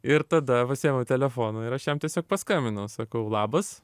ir tada pasiėmiau telefoną ir aš jam tiesiog paskambinau sakau labas